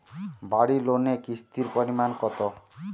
বাড়ি লোনে কিস্তির পরিমাণ কত?